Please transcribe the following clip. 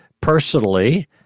personally